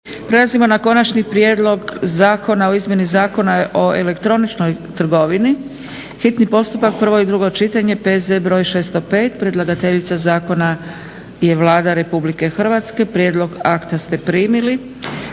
Prelazimo na: - Konačni prijedlog zakona o izmjeni Zakona o elektroničkoj trgovini, hitni postupak, prvo i drugo čitanje, P.Z. br. 605 Predlagateljica zakona je Vlada RH. Prijedlog akta ste primili.